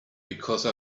because